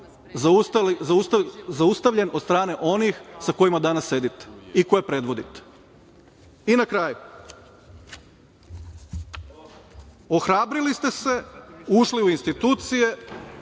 zaustavljen od strane onih sa kojima danas sedite i koje predvodite. Na kraju, ohrabrili ste se, ušli u institucije